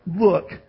look